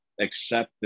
accept